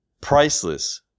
priceless